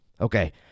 okay